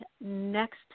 next